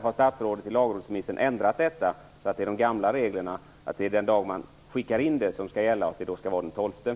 Har statsrådet i lagrådsremissen ändrat tillbaka till de gamla reglerna, dvs. att det är den dag man skickar in som skall gälla och att det skall vara den 12?